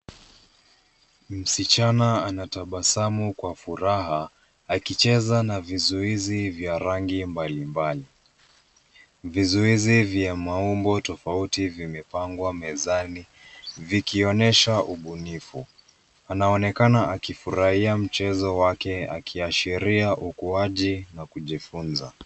Msichana anatabasamu kwa furaha, akicheza na vizuizi vya rangi mbalimbali. Vizuizi vya maumbo tofauti vimepagwa mezani vikionyesha ubunifu. Anaonekana akifurahia mchezo wake akiashiria ukuaji na kujifunza.